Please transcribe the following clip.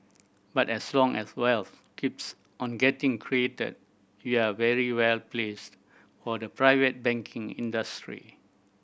but as long as wealth keeps on getting created we are very well placed for the private banking industry